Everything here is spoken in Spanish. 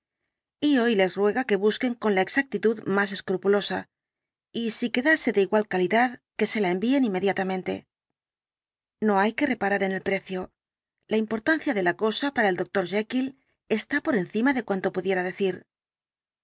y hoy les ruega que busquen con la exactitud más escrupulosa y si quedase de igual calidad que se la envíen inmediatamente no hay que reparar en el precio la importancia de la cosa para el doctor jekyll está por encima de cuanto pudiera decir